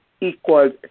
equals